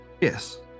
yes